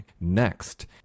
Next